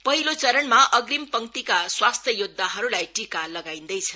हिलो चरणमा अग्रिंम क्तिका स्वास्थ्य योद्धाहरूलाई टीका लगाइन्दैछ